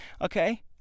okay